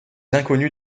inconnus